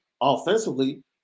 offensively